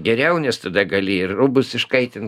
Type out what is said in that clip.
geriau nes tada gali ir rūbus iškaitint